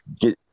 get